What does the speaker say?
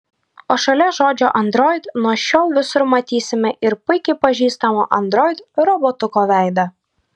o šalia žodžio android nuo šiol visur matysime ir puikiai pažįstamo android robotuko veidą